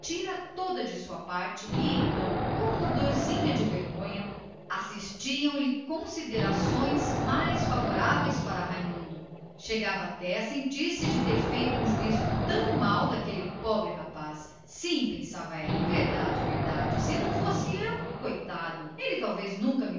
partira toda de sua parte e então com uma dorzinha de vergonha assistiam lhe considerações mais favoráveis ao primo chegava até a doer se de haver feito um juízo tão mau do pobre rapaz sim pensava verdade verdade se não fosse eu coitado ele talvez nunca